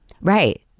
right